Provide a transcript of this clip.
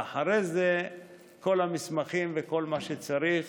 ואחרי זה כל המסמכים וכל מה שצריך